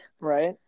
right